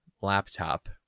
laptop